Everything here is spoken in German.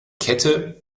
kette